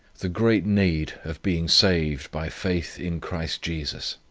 the great need of being saved by faith in christ jesus.